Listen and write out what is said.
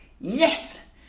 Yes